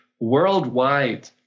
worldwide